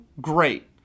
great